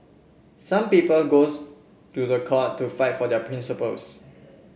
some people goes to the court to fight for their principles